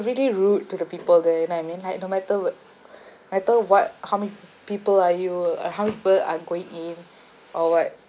really rude to the people there you know what I mean like no matter what I told what how many people are you uh how many people are going in or what